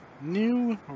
new